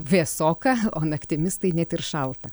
vėsoka o naktimis tai net ir šalta